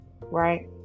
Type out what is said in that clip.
right